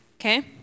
okay